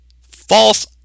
false